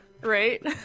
right